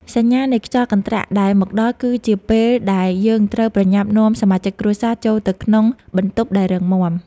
សញ្ញានៃខ្យល់កន្ត្រាក់ដែលមកដល់ គឺជាពេលដែលយើងត្រូវប្រញាប់នាំសមាជិកគ្រួសារចូលទៅក្នុងបន្ទប់ដែលរឹងមាំ។